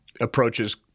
approaches